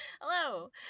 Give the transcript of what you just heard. Hello